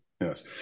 Yes